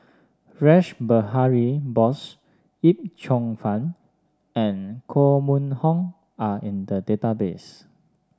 Rash Behari Bose Yip Cheong Fun and Koh Mun Hong are in the database